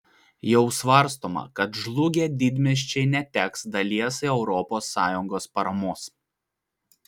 jau svarstoma kad žlugę didmiesčiai neteks dalies europos sąjungos paramos